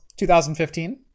2015